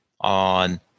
on